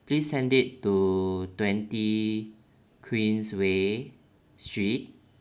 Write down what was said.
please send it to twenty queensway street